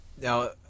Now